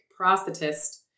prosthetist